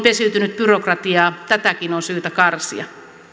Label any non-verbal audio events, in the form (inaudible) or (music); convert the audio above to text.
(unintelligible) pesiytynyt byrokratiaa tätäkin on syytä karsia